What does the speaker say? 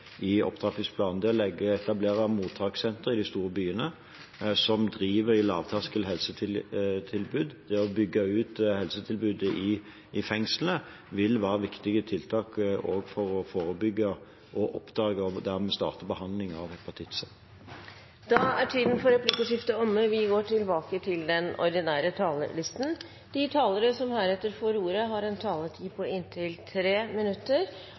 i opptrappingsplanen. Å etablere mottakssentre i de store byene for å drive lavterskel helsetilbud og å bygge ut helsetilbudet i fengslene vil være viktige tiltak, også for å forebygge, oppdage og dermed starte behandling av hepatitt C. Replikkordskiftet er omme. De talere som heretter får ordet, har en taletid på inntil 3 minutter.